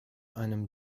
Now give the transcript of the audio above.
einem